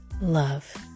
love